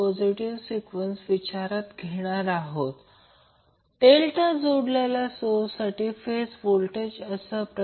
positive sequence Δ connected सोर्सचाpositive sequence Δ connected source अर्थ म्हणजे तो a b c सिक्वन्स घेईल जो 210V लाईन व्होल्टेजसह दिलेला आहे